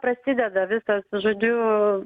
prasideda visas žodžiu